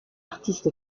artiste